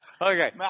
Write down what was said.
Okay